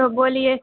تو بولیے